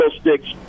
sticks